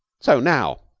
so now!